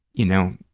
you know,